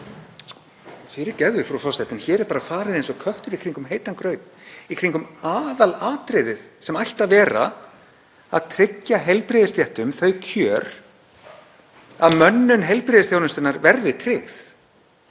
Fyrirgefðu, frú forseti, en hér er bara farið eins og köttur í kringum heitan graut, í kringum aðalatriðið sem ætti að vera að tryggja heilbrigðisstéttum þau kjör að mönnun heilbrigðisþjónustunnar verði tryggð.